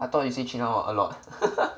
I thought you say chen hao got a lot